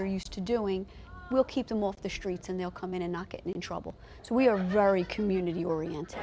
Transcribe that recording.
they're used to doing will keep them off the streets and they'll come in and not get in trouble so we are very community oriented